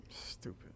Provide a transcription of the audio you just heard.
stupid